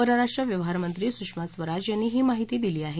पररराष्ट्र मंत्री सुषमा स्वराज यांनी ही माहिती दिली आहे